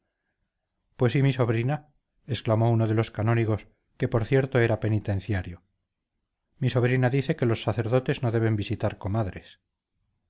pues y mi sobrina exclamó uno de los canónigos que por cierto era penitenciario mi sobrina dice que los sacerdotes no deben visitar comadres